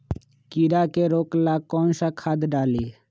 कीड़ा के रोक ला कौन सा खाद्य डाली?